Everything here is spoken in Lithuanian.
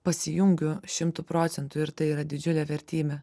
pasijungiu šimtu procentų ir tai yra didžiulė vertybė